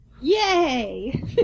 Yay